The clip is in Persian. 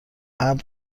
ابر